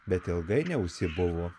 bet ilgai neužsibuvo